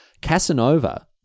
Casanova